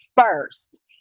first